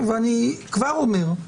ואני כבר אומר,